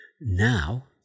now